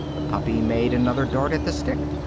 the puppy made another dart at the stick,